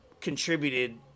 contributed